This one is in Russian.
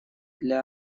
для